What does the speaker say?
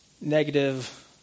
negative